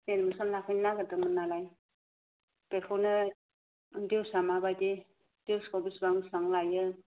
admission लाफैनो नागेरदोंमोन नालाय बेखौनो दिउसा माबायदि दिउसखौ बिसिबां बिसिबां लायो